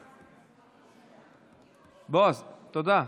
בועז, תודה.